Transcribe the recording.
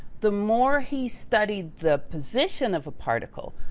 the more he studied the position of a particle,